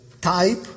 type